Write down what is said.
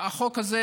החוק הזה,